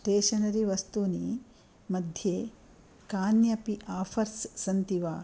stationery वस्तूनि मध्ये कान्यपि आफर्स् सन्ति वा